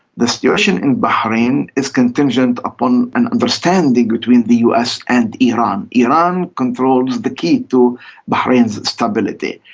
the situation in bahrain is contingent upon an understanding between the us and iran. iran controls the key to bahrain's stability.